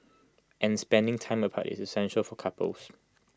and spending time apart is essential for couples